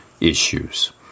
issues